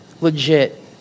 legit